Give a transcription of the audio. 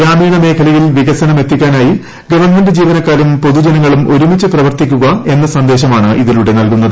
ഗ്രാമീണ മേഖലയിൽ വികസനം എത്തിക്കാനായി ഗവണ്മെന്റ് ജീവനക്കാരും പൊതുജനങ്ങളും ഒരുമിച്ച് പ്രവർത്തിക്കുക എന്ന സന്ദേശമാണ് ഇതിലൂടെ നല്കുന്നത്